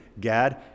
Gad